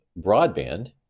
broadband